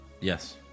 Yes